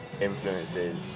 influences